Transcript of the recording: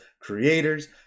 creators